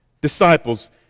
disciples